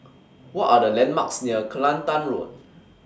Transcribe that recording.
What Are The landmarks near Kelantan Road